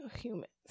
humans